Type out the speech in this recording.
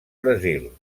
brasil